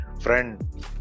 friend